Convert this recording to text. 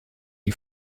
die